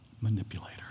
manipulator